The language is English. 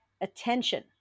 attention